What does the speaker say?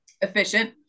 efficient